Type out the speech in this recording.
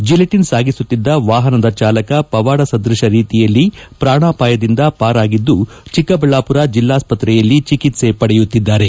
gelatine ಸಾಗಿಸುತ್ತಿದ್ದ ವಾಪನದ ಚಾಲಕ ಪವಾಡ ಸದೃಶ ರೀತಿಯಲ್ಲಿ ಪ್ರಾಣಪಾಯದಿಂದ ಪಾರಾಗಿದ್ದು ಚಿಕ್ಕಬಳ್ಯಾಪುರ ಜಿಲ್ಲಾಸ್ತ್ರೆಯಲ್ಲಿ ಚಿಕಿತ್ಸೆ ಪಡೆಯುತ್ತಿದ್ದಾರೆ